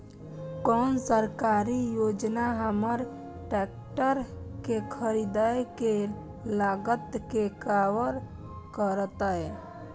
कोन सरकारी योजना हमर ट्रेकटर के खरीदय के लागत के कवर करतय?